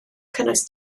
cynnwys